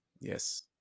Yes